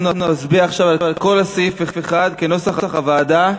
אנחנו נצביע עכשיו על כל סעיף 1 כנוסח הוועדה.